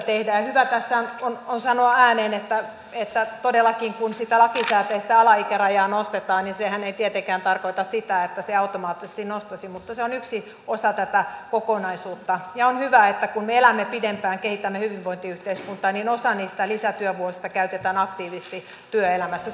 hyvä tässä on sanoa ääneen että todellakin kun sitä lakisääteistä alaikärajaa nostetaan sehän ei tietenkään tarkoita sitä että se automaattisesti nostaisi mutta se on yksi osa tätä kokonaisuutta ja on hyvä että kun me elämme pidempään kehitämme hyvinvointiyhteiskuntaa niin osa niistä lisätyövuosista käytetään aktiivisesti työelämässä